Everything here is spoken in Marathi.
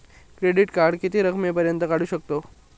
क्रेडिट कार्ड किती रकमेपर्यंत काढू शकतव?